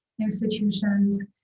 institutions